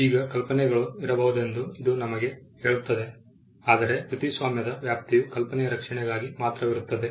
ಈಗ ಕಲ್ಪನೆಗಳು ಇರಬಹುದೆಂದು ಇದು ನಮಗೆ ಹೇಳುತ್ತದೆ ಆದರೆ ಕೃತಿಸ್ವಾಮ್ಯದ ವ್ಯಾಪ್ತಿಯು ಕಲ್ಪನೆಯ ರಕ್ಷಣೆಗಾಗಿ ಮಾತ್ರವಿರುತ್ತದೆ